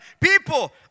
People